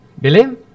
Billy